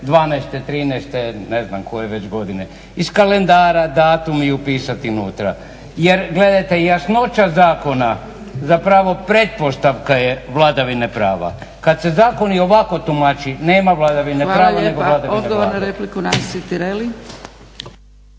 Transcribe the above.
ne znam koje već godine iz kalendara datum i upisati nutra. Jer gledajte, jasnoća zakona, zapravo pretpostavka je vladavine prava. Kad se zakoni ovako tumači nema vladavine prava … **Zgrebec,